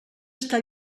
està